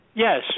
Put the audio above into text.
Yes